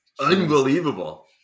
Unbelievable